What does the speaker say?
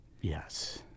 yes